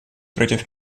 против